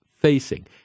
facing